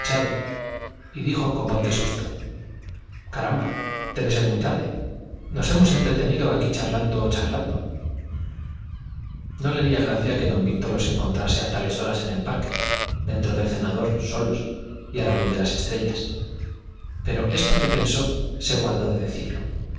y dijo con voz de susto caramba debe de ser muy tarde nos hemos entretenido aquí charlando charlando no le haría gracia que don víctor los encontrase a tales horas en el parque dentro del cenador solos y a la luz de las estrellas pero esto que pensó se guardó de decirlo